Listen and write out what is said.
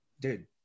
dude